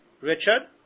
Richard